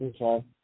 Okay